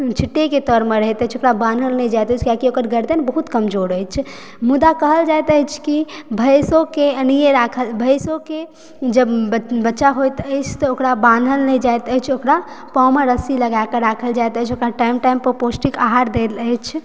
ओ छिट्टे के तरमे रहैत अछि ओकरा बान्हल नहि जाइत कियै कि ओकर गरदन बहुत कमजोर अछि मुदा कहल जाइत अछि कि भैंसों के जब बच्चा होइत अछि तऽ ओकरा बान्हल नहि जायत ऐछ ओकरा पयरमे रस्सी लगा कऽ राखल जाइत अछि टाइम टाइम पर पौष्टिक आहार देल जाइत अछि